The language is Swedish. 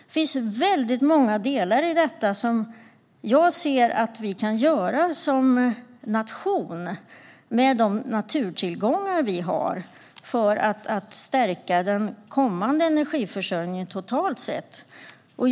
Det finns väldigt mycket i detta som jag ser att vi som nation kan göra med de naturtillgångar vi har för att stärka den kommande energiförsörjningen totalt sett.